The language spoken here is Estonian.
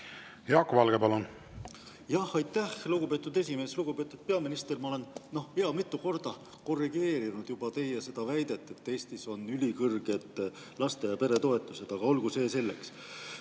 Jaak Valge, palun! Aitäh, lugupeetud esimees! Lugupeetud peaminister! Ma olen juba mitu korda korrigeerinud teie väidet, et Eestis on ülikõrged lapse- ja peretoetused. Aga olgu, see selleks.